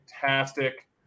fantastic